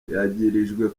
yagirijwe